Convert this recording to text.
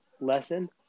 lesson